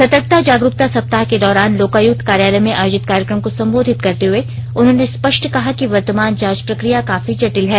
सतर्कता जागरुकता सप्ताह के दौरान लोकायुक्त कार्यालय में आयोजित कार्यक्रम को संबोधित करते हुए उन्होंने स्पष्ट कहा कि वर्तमान जांच प्रकिया काफी जटिल है